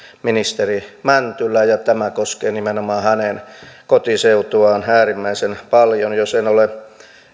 ministeri mäntylä ja tämä koskee nimenomaan hänen kotiseutuaan äärimmäisen paljon jos en ole